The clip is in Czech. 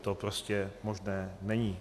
To prostě možné není.